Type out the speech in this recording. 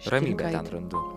ramybę ten atrandu